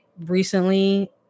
recently